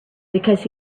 because